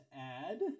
add